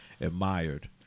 admired